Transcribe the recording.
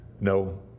No